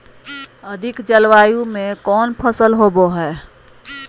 अधिक जलवायु में कौन फसल होबो है?